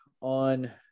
on